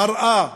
מראה